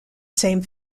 same